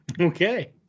Okay